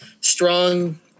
strong